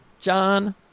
John